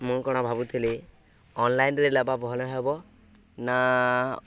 ମୁଁ କ'ଣ ଭାବୁଥିଲି ଅନ୍ଲାଇନ୍ରେ ନେବା ଭଲ ହେବ ନା